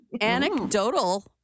anecdotal